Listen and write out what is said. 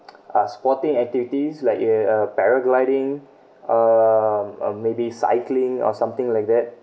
uh sporting activities like a uh paragliding uh um maybe cycling or something like that